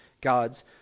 God's